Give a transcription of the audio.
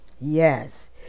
Yes